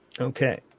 Okay